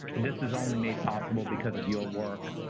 this is only made possible because of your work.